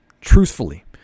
Truthfully